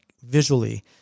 visually